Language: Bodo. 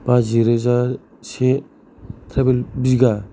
बाजि रोजा से ट्राइबेल बिगा